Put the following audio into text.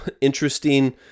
interesting